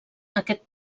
aquest